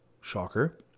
Shocker